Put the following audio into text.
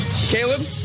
Caleb